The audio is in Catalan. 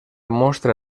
mostra